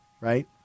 right